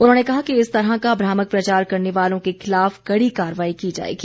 उन्होंने कहा कि इस तरह का भ्रामक प्रचार करने वालों के खिलाफ कड़ी कार्रवाई की जाएगी